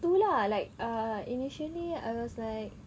tu lah like err initially I was like